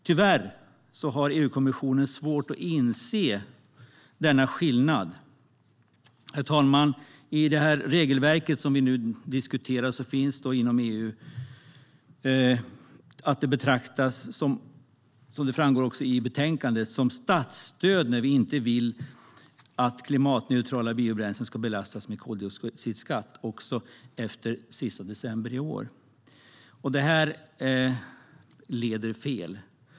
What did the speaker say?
Tyvärr har EU-kommissionen svårt att inse denna skillnad. Herr talman! Enligt det regelverk som vi nu diskuterar betraktas det inom EU, vilket också framgår i betänkandet, som statsstöd när vi inte vill att klimatneutrala biobränslen ska belastas med koldioxidskatt - även efter den 31 december i år. Detta leder fel.